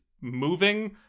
moving